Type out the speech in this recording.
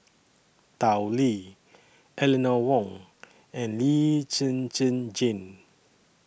Tao Li Eleanor Wong and Lee Zhen Zhen Jane